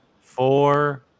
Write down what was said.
Four